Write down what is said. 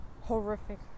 horrific